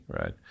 right